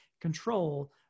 control